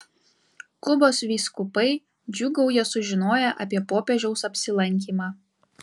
kubos vyskupai džiūgauja sužinoję apie popiežiaus apsilankymą